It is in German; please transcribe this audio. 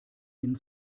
ihnen